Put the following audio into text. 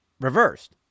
reversed